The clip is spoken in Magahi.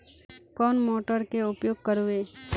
कौन मोटर के उपयोग करवे?